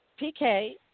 PK